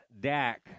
Dak